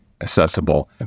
accessible